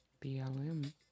BLM